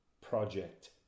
project